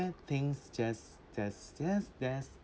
things just just just there